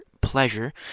pleasure